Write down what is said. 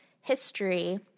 history